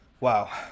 wow